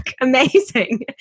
amazing